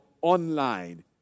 online